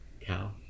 Cow